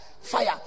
fire